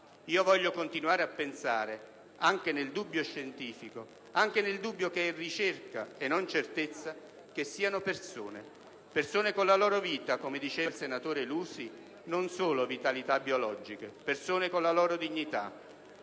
Voglio continuare a pensare - anche nel dubbio scientifico, che è ricerca e non certezza - che siano persone: persone con la loro vita, come diceva il senatore Lusi, e non solo vitalità biologica; persone con la loro dignità,